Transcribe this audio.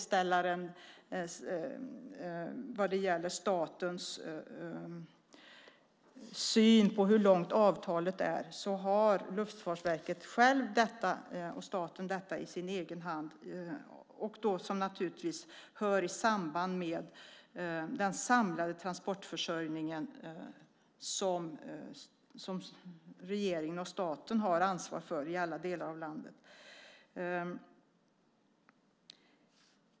När det gäller statens syn på hur långt avtalet är vill jag säga att Luftfartsverket och staten har detta i sin egen hand. Det har samband med den samlade transportförsörjningen som regeringen och staten har ansvar för i alla delar av landet.